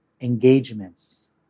engagements